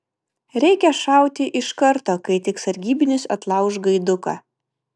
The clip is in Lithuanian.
reikia šauti iš karto kai tik sargybinis atlauš gaiduką